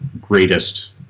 greatest